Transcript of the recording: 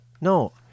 No